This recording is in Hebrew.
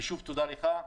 תודה לך.